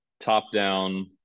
top-down